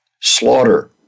Slaughter